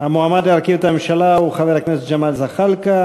המועמד להרכיב את הממשלה הוא חבר הכנסת ג'מאל זחאלקה.